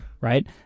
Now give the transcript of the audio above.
right